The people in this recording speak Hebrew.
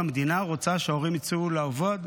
המדינה רוצה שההורים יצאו לעבוד,